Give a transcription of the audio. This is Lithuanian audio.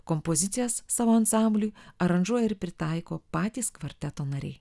kompozicijas savo ansambliui aranžuoja ir pritaiko patys kvarteto nariai